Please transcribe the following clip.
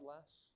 less